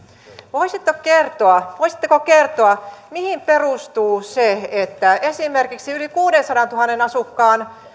voisitteko kertoa voisitteko kertoa mihin perustuu se että esimerkiksi yli kuuteensataantuhanteen asukkaan